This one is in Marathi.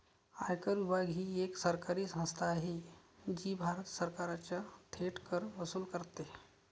आयकर विभाग ही एक सरकारी संस्था आहे जी भारत सरकारचा थेट कर वसूल करते